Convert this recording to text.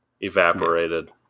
evaporated